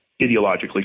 ideologically